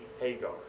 Hagar